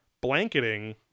blanketing